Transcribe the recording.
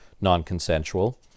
non-consensual